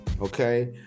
Okay